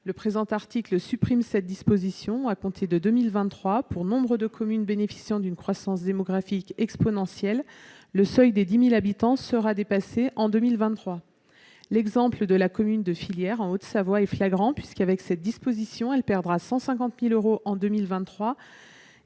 le présent article supprime cette disposition à compter de 2023. Pour nombre de communes connaissant une croissance démographique exponentielle, le seuil des 10 000 habitants sera dépassé en 2023. L'exemple de la commune de Fillière, en Haute-Savoie, est flagrant. Avec cette disposition, elle perdra 150 000 euros en 2023,